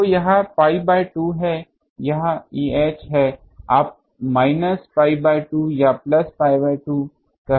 तो यह pi by 2 है यह eh है आप माइनस pi बाय 2 या प्लस pi बाय 2 कह सकते है